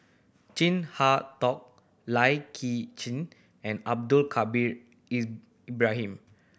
Chin Harn Tong Lai Kew Chen and Abdul Kadir Ibrahim